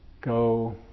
go